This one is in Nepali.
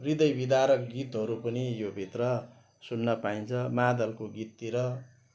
हृदय बिदारक गीतहरू पनि यो भित्र सुन्न पाइन्छ मादलको गीततिर